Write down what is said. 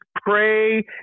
pray